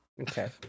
okay